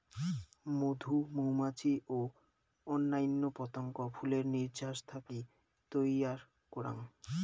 মধু মৌমাছি ও অইন্যান্য পতঙ্গ ফুলের নির্যাস থাকি তৈয়ার করাং